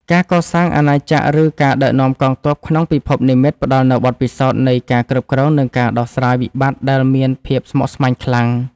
ការកសាងអាណាចក្រឬការដឹកនាំកងទ័ពក្នុងពិភពនិម្មិតផ្តល់នូវបទពិសោធន៍នៃការគ្រប់គ្រងនិងការដោះស្រាយវិបត្តិដែលមានភាពស្មុគស្មាញខ្លាំង។